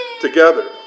together